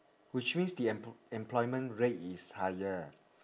which means the empl~ employment rate is higher